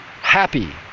happy